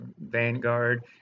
Vanguard